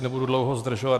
Nebudu dlouho zdržovat.